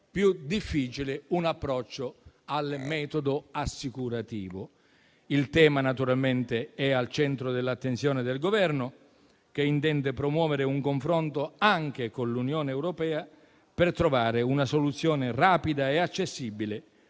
più difficile un approccio al metodo assicurativo. Il tema naturalmente è al centro dell'attenzione del Governo, che intende promuovere un confronto anche con l'Unione europea, per trovare una soluzione rapida e accessibile